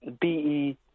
B-E